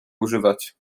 używać